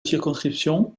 circonscriptions